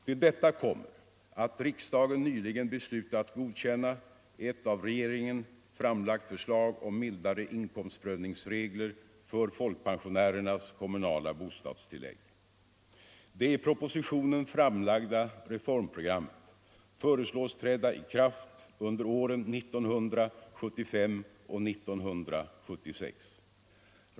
Till detta kommer att riksdagen nyligen beslutat godkänna ett av regeringen framlagt förslag om mildare inkomstprövningsregler för folkpensionärernas kommunala bostadstillägg. Det i propositionen framlagda reformprogrammet föreslås träda i kraft under åren 1975 och 1976.